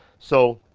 so